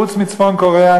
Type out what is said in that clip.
חוץ מצפון-קוריאה.